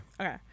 Okay